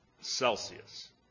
Celsius